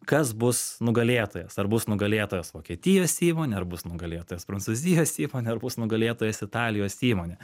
kas bus nugalėtojas ar bus nugalėtojas vokietijos įmonė ar bus nugalėtojas prancūzijos įmonė ar bus nugalėtojas italijos įmonė